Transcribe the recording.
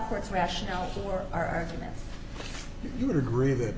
court's rationale for our arguments you would agree